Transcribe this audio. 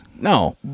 No